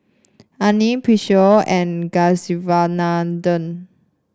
Anil Peyush and Kasiviswanathan